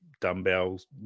dumbbells